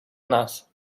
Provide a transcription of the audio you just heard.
nas